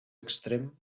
extrem